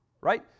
right